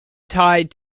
tied